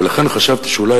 ולכן חשבתי שאולי,